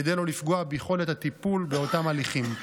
כדי לא לפגוע ביכולת הטיפול באותם הליכים.